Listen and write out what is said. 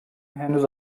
henüz